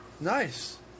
Nice